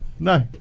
No